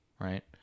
Right